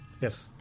Yes